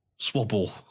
Swabble